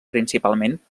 principalment